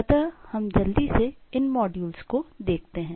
अतः हम जल्दी से इन मॉड्यूलस को देखते हैं